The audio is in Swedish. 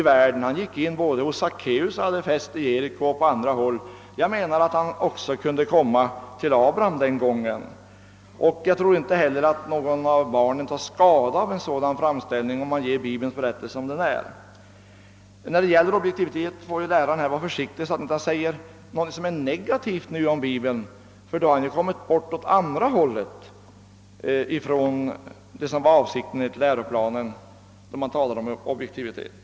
Han besökte Sackéus och hade fest i Jeriko och på andra håll, och därför menar jag att han också kunde komma till Abraham den där gången. Jag tror inte heller att något barn tar skada av Bibelns berättelse härom. När det gäller objektivitet får läraren vara försiktig, så att han inte heller säger någonting som är negativt om Bibeln, ty då har han ju felat på motsatt sätt med tanke på vad som var avsikten med läroplanen i fråga om objektivitet.